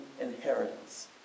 inheritance